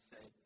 say